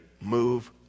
move